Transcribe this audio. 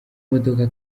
modoka